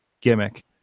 gimmick